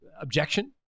objection